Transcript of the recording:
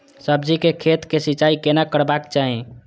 सब्जी के खेतक सिंचाई कोना करबाक चाहि?